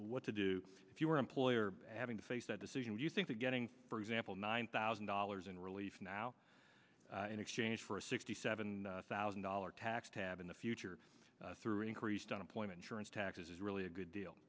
what to do if you're employer having to face that decision do you think that getting for example nine thousand dollars in relief now in exchange for a sixty seven thousand dollars tax tab in the future through increased unemployment insurance taxes is really a good deal